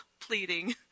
pleading